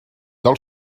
del